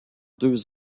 deux